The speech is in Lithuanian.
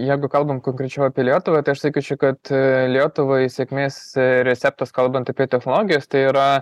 jeigu kalbant konkrečiau apie lietuvą tai aš sakyčiau kad lietuvai sėkmės receptas kalbant apie technologijas tai yra